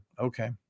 Okay